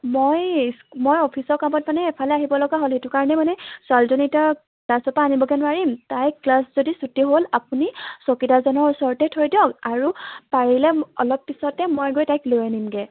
মই চ মই অফিচৰ কামত মানে এফালে আহিব লগা হ'ল সেইটো কাৰণে মানে ছোৱালীজনী এতিয়া ক্লাছৰ পৰা আনিবগৈ নোৱাৰিম তাই ক্লাছ যদি ছুটি হ'ল আপুনি চকীদাৰজনৰ ওচৰতে থৈ দিয়ক আৰু পাৰিলে অলপ পিছতে মই গৈ তাইক লৈ আনিমগৈ